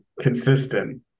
consistent